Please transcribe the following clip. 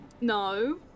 No